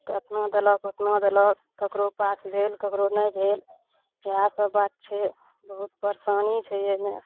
कतना देलक ओतना देलक ककरो पास भेल ककरो नहि भेल इएह सब बात छै बहुत परेशानी छै अइमे